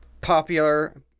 Popular